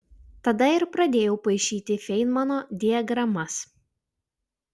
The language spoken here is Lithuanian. tada ir pradėjau paišyti feinmano diagramas